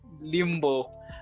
limbo